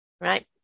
Right